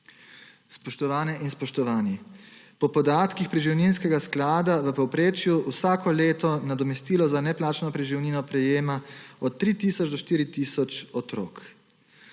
Spoštovane in spoštovani! Po podatkih preživninskega sklada v povprečju vsako leto nadomestilo za neplačano preživnino prejema od 3 tisoč do 4 tisoč otrok.